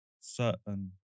certain